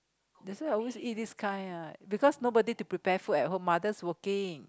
that's why always eat this kind ah because nobody to prepare food at home mothers working